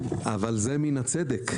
אבל זה מן הצדק.